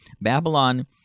Babylon